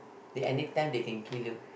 they anytime they can kill you